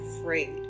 afraid